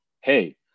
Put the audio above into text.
hey